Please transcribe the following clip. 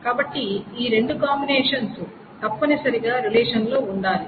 కాబట్టి ఈ రెండు కాంబినేషన్స్ తప్పనిసరిగా రిలేషన్లో ఉండాలి